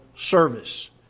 service